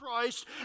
Christ